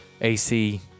AC